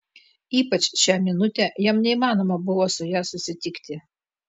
ypač šią minutę jam neįmanoma buvo su ja susitikti